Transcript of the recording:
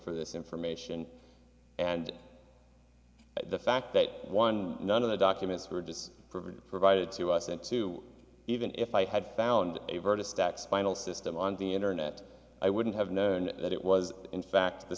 for this information and the fact that one none of the documents were just provided to us and two even if i had found a verge of stats final system on the internet i wouldn't have known that it was in fact the